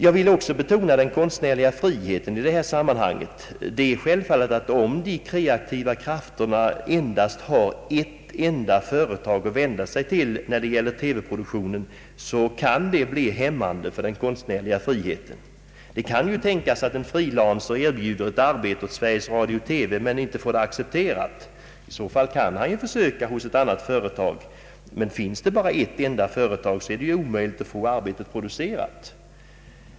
Jag vill också framhålla den konstnärliga friheten i detta sammanhang. Det är självklart att om de kreativa krafterna har ett enda företag att vända sig till när det gäller TV-produktionen kan detta verka hämmande för den konstnärliga friheten. Det kan tänkas att en freelancer erbjuder ett arbete åt Sveriges Radio-TV men inte får det ac cepterat. I många fall kan han försöka hos ett annat företag, men finns det bara ett enda företag är det ju omöjligt att få arbetet producerat.